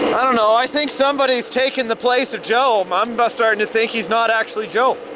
i dunno, i think somebody's taken the place of joe. i'm um but starting to think he's not actually joe.